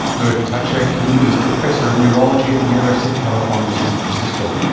louis ptacek who is professor of neurology at the university of california, san francisco.